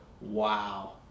wow